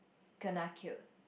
kena killed